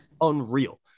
unreal